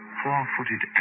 four-footed